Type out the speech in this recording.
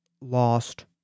lost